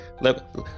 let